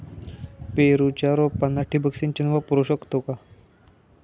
पेरूच्या रोपांना ठिबक सिंचन वापरू शकतो का?